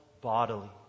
bodily